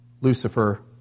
Lucifer